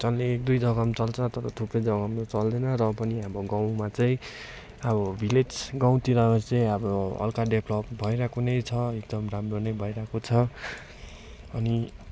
चल्ने एक दुई जग्गा पनि चल्छ तर थुप्रै जग्गामा चल्दैन र पनि अब गाउँमा चाहिँ अब भिलेज गाउँतिर चाहिँ अब हल्का डेभलोप भइरहेको नै छ एकदम राम्रो नै भइरहेको छ अनि